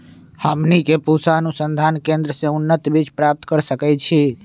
हमनी के पूसा अनुसंधान केंद्र से उन्नत बीज प्राप्त कर सकैछे?